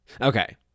Okay